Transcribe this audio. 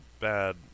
bad